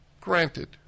Granted